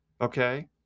Okay